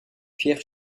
pierre